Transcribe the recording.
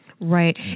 Right